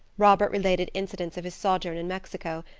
robert related incidents of his sojourn in mexico,